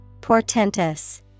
Portentous